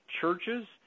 churches